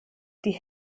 die